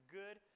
good